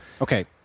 okay